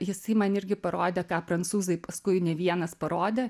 jisai man irgi parodė ką prancūzai paskui ne vienas parodė